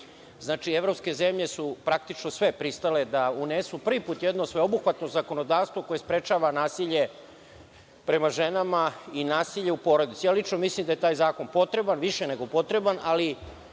Znači, evropske zemlje su praktično sve pristale da unesu prvi put jedno sveobuhvatno zakonodavstvo koje sprečava nasilje prema ženama i nasilje u porodici. Lično mislim da je taj zakon potreban, više nego potreban, ali